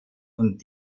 und